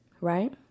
Right